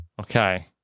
Okay